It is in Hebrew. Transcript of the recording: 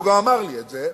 והוא גם אמר לי את זה,